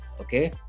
Okay